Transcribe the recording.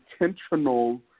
intentional